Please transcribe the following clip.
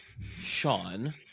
Sean